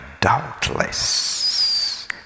doubtless